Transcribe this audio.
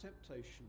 acceptation